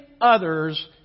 others